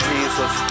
Jesus